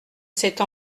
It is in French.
cette